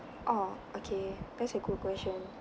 orh okay that's a good question